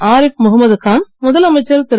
ஆரிப் முகம்மது கான் முதலமைச்சர் திரு